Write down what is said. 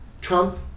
Trump